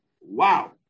Wow